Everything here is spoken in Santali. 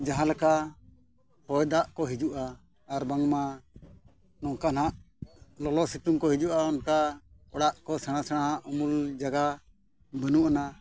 ᱡᱟᱦᱟᱸ ᱞᱮᱠᱟ ᱦᱚᱭᱫᱟᱜ ᱠᱚ ᱦᱤᱡᱩᱜᱼᱟ ᱟᱨ ᱵᱟᱝᱢᱟ ᱱᱚᱝᱠᱟ ᱱᱟᱦᱟᱜ ᱞᱚᱞᱚᱼᱥᱤᱛᱩᱝ ᱠᱚ ᱦᱤᱡᱩᱜᱼᱟ ᱚᱱᱠᱟ ᱚᱲᱟᱜ ᱠᱚ ᱥᱮᱬᱟ ᱥᱮᱬᱟᱣᱟᱜ ᱩᱢᱩᱞ ᱡᱟᱭᱜᱟ ᱵᱟᱹᱱᱩᱜ ᱟᱱᱟᱜ